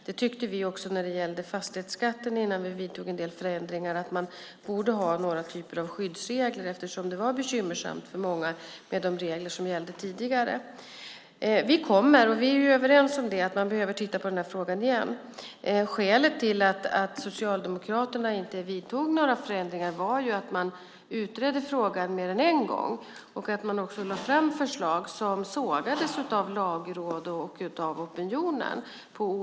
Så tyckte vi också när det gällde fastighetsskatten innan vi vidtog en del förändringar. Man borde ha någon typ av skyddsregler, eftersom det var bekymmersamt för många med de regler som gällde tidigare. Vi är överens om att man behöver titta på frågan igen. Skälet till att Socialdemokraterna inte vidtog några förändringar var att man utredde frågan mer än en gång och att man också lade fram förslag som på olika sätt sågades av Lagrådet och opinionen.